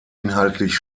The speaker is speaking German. inhaltlich